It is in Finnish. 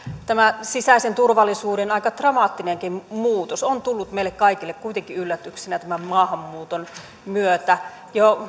tämä sisäisen turvallisuuden aika dramaattinenkin muutos on tullut meille kaikille kuitenkin yllätyksenä tämän maahanmuuton myötä jo